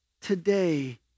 today